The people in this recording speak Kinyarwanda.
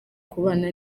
kubana